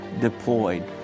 deployed